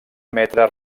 emetre